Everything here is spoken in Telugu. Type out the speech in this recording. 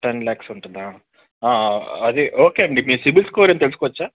టెన్ లాక్స్ ఉంటుందా అదే ఓకే అండి మీ సిబిల్ స్కోర్ ఎంత తెలుసుకోవచ్చా